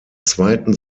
zweiten